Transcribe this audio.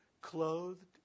Clothed